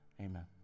Amen